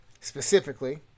Specifically